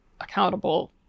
accountable